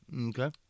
Okay